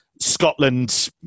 Scotland